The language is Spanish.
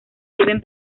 deben